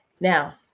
Now